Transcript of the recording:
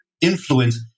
influence